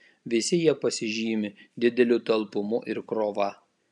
visi jie pasižymi dideliu talpumu ir krova